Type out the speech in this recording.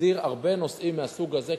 הסדיר הרבה נושאים מהסוג הזה,